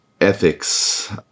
ethics